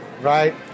right